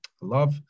love